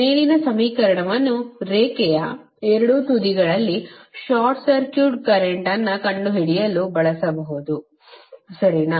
ಮೇಲಿನ ಸಮೀಕರಣವನ್ನು ರೇಖೆಯ ಎರಡೂ ತುದಿಗಳಲ್ಲಿ ಶಾರ್ಟ್ ಸರ್ಕ್ಯೂಟ್ ಕರೆಂಟ್ವನ್ನು ಕಂಡುಹಿಡಿಯಲು ಬಳಸಬಹುದು ಸರಿನಾ